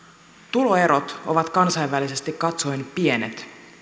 tuloerot ovat kansainvälisesti katsoen pienet